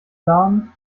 blagen